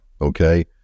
okay